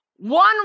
one